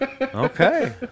Okay